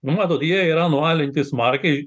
nu matot jie yra nualinti smarkiai